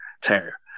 tear